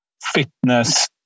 fitness